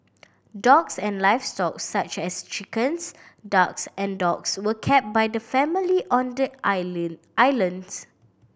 dogs and livestock such as chickens ducks and dogs were kept by the family on the islands